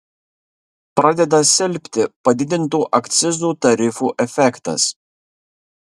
pradeda silpti padidintų akcizų tarifų efektas